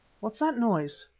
what's that noise?